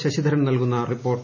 ശശിധരൻ നൽകുന്ന റിപ്പോർട്ട്